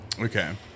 Okay